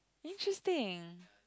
interesting